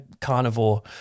carnivore